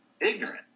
ignorant